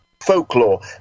Folklore